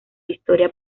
historia